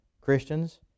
Christians